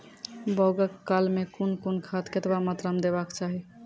बौगक काल मे कून कून खाद केतबा मात्राम देबाक चाही?